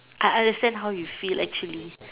I understand how you feel actually